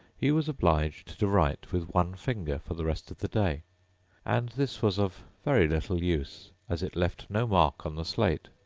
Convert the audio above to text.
he was obliged to write with one finger for the rest of the day and this was of very little use, as it left no mark on the slate.